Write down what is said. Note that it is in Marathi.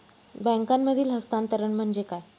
बँकांमधील हस्तांतरण म्हणजे काय?